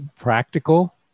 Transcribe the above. practical